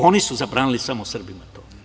Oni su zabranili samo Srbima to.